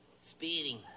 speeding